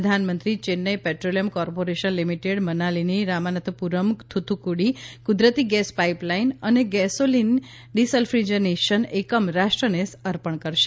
પ્રધાનમંત્રી Chennai petroleum corporation limited મનાલીની રામનાથપુરમ થોથુકુડ્ડી કુદરતી ગેસ પાઇપલાઇન અને ગૈસોલીન ડિસલ્ફીજનેશન એકમ રાષ્ટ્રને અર્પણ કરશે